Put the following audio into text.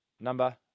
Number